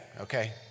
okay